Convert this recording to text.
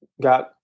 Got